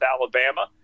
Alabama